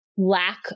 lack